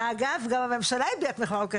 ואגב, גם הממשלה הביעה תמיכה בחוק.